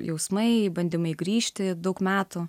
jausmai bandymai grįžti daug metų